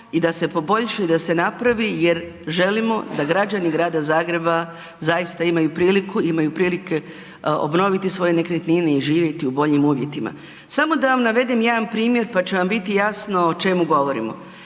i da se poboljša i da se napravi jer želimo da građani Grada Zagreba zaista imaju priliku, imaju prilike obnoviti svoje nekretnine i živjeti u boljim uvjetima. Samo da vam navedem jedan primjer pa će vam biti jasno o čemu govorimo.